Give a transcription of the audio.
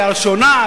קריאה ראשונה,